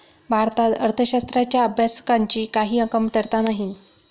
भारतात अर्थशास्त्राच्या अभ्यासकांची काही कमतरता नाही